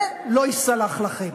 זה לא ייסלח לכם.